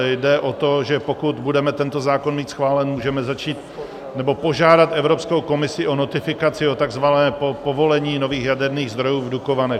Jde o to, že pokud budeme tento zákon mít schválený, můžeme začít, nebo požádat Evropskou komisi o notifikaci, o tzv. povolení nových jaderných zdrojů v Dukovanech.